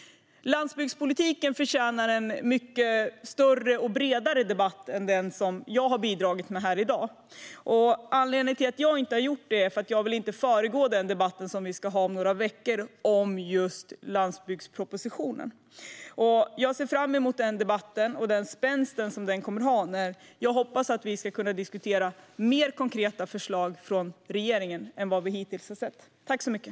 Landsbygdspolitiken förtjänar en mycket större och bredare debatt än den vi har haft här i dag. Anledningen till att jag inte har bidragit till detta är att jag inte vill föregripa den debatt som vi ska ha om några veckor om landsbygdspropositionen. Jag ser fram emot den debatten och den spänst som den kommer att ha, och jag hoppas att vi ska kunna diskutera mer konkreta förslag från regeringen än vad vi hittills har sett.